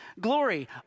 glory